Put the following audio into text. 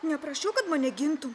neprašiau kad mane gintum